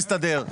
תסתדר.